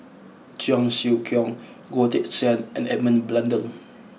Cheong Siew Keong Goh Teck Sian and Edmund Blundell